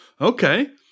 okay